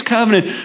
Covenant